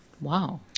Wow